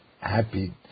happy